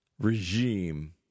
regime